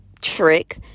trick